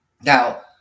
Now